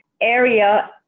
area